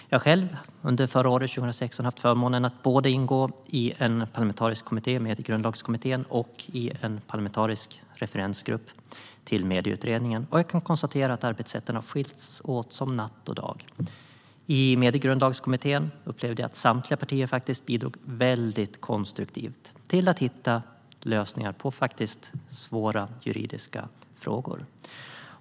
Jag hade själv under förra året, 2016, förmånen att ingå både i en parlamentarisk kommitté, Mediegrundlagskommittén, och i en parlamentarisk referensgrupp till Medieutredningen. Jag kan konstatera att arbetssätten skiljer sig åt som natt och dag. I Mediegrundlagskommittén upplevde jag att samtliga partier bidrog väldigt konstruktivt till att hitta lösningar på svåra juridiska frågor.